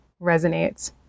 resonates